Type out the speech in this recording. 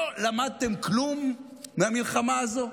לא למדתם כלום מהמלחמה הזו?